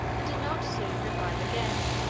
and did not soon revive again.